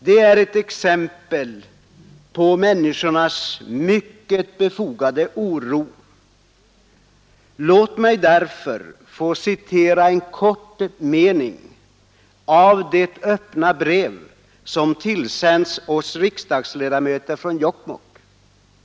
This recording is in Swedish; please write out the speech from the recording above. Det är ett exempel på människornas mycket befogade oro. Låt mig därför få citera en kort mening av det öppna brev som tillsänts oss riksdagsledamöter från Jokkmokk.